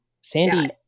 Sandy